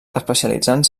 especialitzant